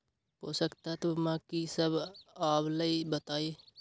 पोषक तत्व म की सब आबलई बताई?